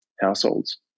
households